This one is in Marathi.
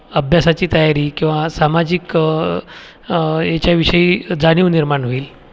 अभ्यासाची तयारी किंवा सामाजिक याच्याविषयी जाणीव निर्माण होईल